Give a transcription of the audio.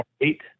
eight